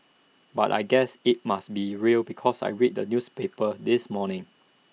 but I guess IT must be real because I read the newspapers this morning